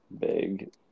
big